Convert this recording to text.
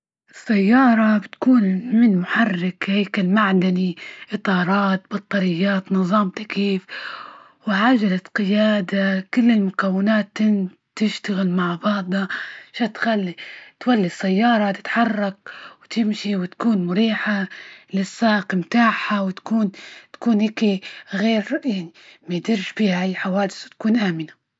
السيارة بتكون من محرك هيك المعدني، إطارات، بطاريات، نظام تكييف وعجلة قيادة، كل المكونات تن تشتغل مع بعضها. ش تخلي تولي السيارة تتحرك وتمشي وتكون مريحة للساق متاعها وتكون تكون هيكي غير يعني ما يديرش بيها أى حوادث وتكون آمنة.